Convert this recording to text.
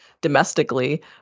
domestically